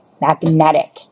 magnetic